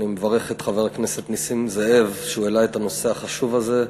אני מברך את חבר הכנסת נסים זאב שהעלה את הנושא החשוב הזה.